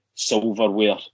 silverware